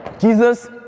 Jesus